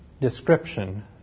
description